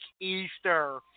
Easter